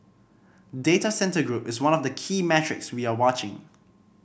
data centre group is one of the key metrics we are watching